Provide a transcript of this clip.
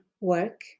work